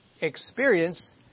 Experience